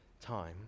time